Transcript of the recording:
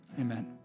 Amen